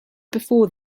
before